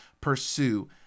pursue